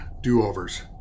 do-overs